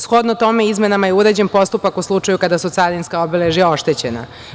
Shodno tome, izmenama je uređen postupak u slučaju kada su carinska obeležja oštećena.